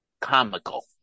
comical